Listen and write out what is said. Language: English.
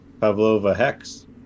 Pavlova-Hex